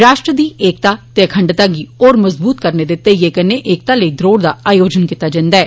राष्ट्र दी एकता ते अखंडता गी होर मज़बूत करने दे ध्य्यै कननै एकता लेई द्रौड़ दा आयोजन बी कीता जन्दा ऐ